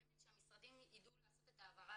באמת שהמשרדים ידעו לעשות את ההעברה